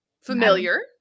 familiar